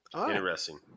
Interesting